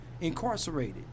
incarcerated